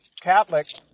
Catholic